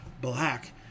black